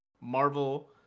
Marvel